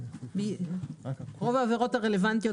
רוב העבירות הרלוונטיות,